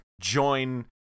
join